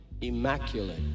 immaculate